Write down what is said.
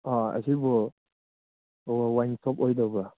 ꯑꯥ ꯑꯁꯤꯕꯨ ꯑꯣ wine shop ꯑꯣꯏꯗꯧꯕ꯭ꯔꯥ